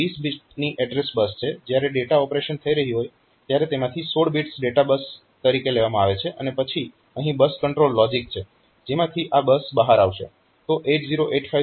તો આ 20 બીટની એડ્રેસ બસ છે અને જ્યારે ડેટા ઓપરેશન થઇ રહ્યું હોય ત્યારે તેમાંથી 16 બિટ્સ ડેટા બસ તરીકે લેવામાં આવે છે અને પછી અહીં બસ કંટ્રોલ લોજીક છે જેમાંથી આ બસ બહાર આવશે